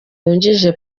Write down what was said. wungirije